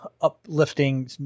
uplifting